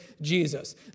Jesus